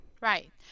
Right